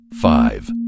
five